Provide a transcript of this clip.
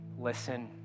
Listen